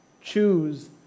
choose